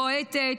בועטת,